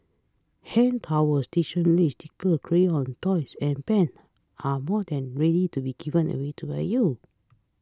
hand towels stationery stickers crayons toys and pens are more than ready to be given away to by you